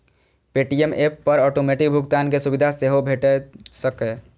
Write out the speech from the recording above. Paytm app पर automatic भुगतान के सुविधा सेहो भेटैत छैक